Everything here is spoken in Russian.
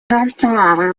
готовы